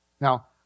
Now